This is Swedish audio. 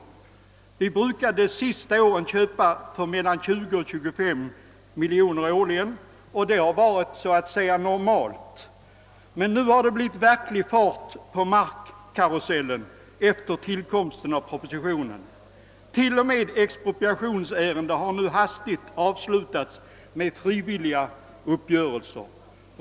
Under de senaste åren har vi brukat köpa för mellan 20 och 25 miljoner kronor årligen men efter tillkomsten av den aktuella propositionen har det blivit verklig fart på markkarusellen. T.o.m. expropriationsärenden har nu hastigt avslutats med frivilliga uppgörelser.